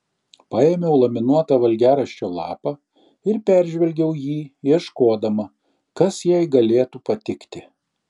paėmiau laminuotą valgiaraščio lapą ir peržvelgiau jį ieškodama kas jai galėtų patikti